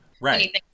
Right